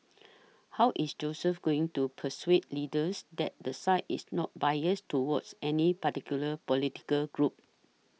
how is Joseph going to persuade leaders that the site is not biased towards any particular political group